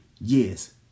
Yes